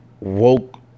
woke